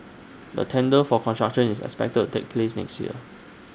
the tender for construction is expected to take place next year